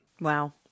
wow